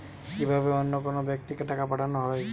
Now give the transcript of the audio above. কি ভাবে অন্য কোনো ব্যাক্তিকে টাকা পাঠানো হয়?